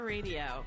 Radio